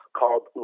called